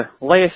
last